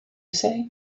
say